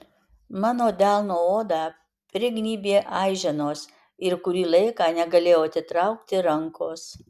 mano delno odą prignybė aiženos ir kurį laiką negalėjau atitraukti rankos